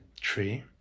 tree